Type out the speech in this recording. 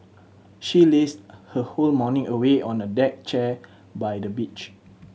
she lazed her whole morning away on a deck chair by the beach